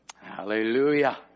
Hallelujah